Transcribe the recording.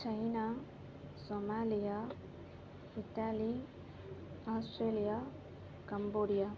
China Somalia Italy Australia Cambodia